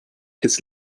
his